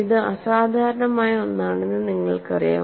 ഇത് അസാധാരണമായ ഒന്നാണെന്ന് നിങ്ങൾക്കറിയാം